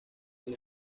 del